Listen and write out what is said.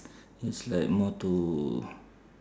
it's like more to